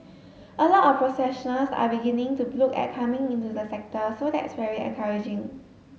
a lot of professionals are beginning to look at coming into the sector so that's very encouraging